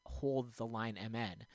HoldTheLineMN